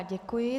Děkuji.